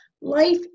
life